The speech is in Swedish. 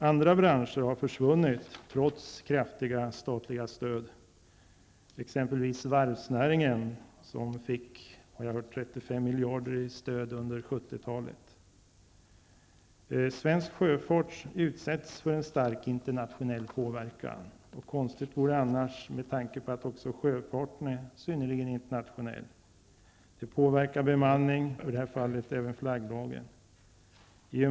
Andra branscher har försvunnit trots kraftiga statliga stöd, exempelvis varvsnäringen, som enligt vad jag har hört fick 35 miljarder i stöd under 1970 Svensk sjöfart utsätts för en stark internationell påverkan, och konstigt vore det annars med tanke på att också sjöfarten är synnerligen internationell. Det påverkar bemanning, i det här fallet även flagglagen.